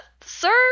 sir